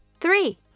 three